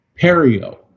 perio